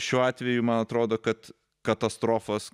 šiuo atveju man atrodo kad katastrofos